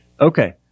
Okay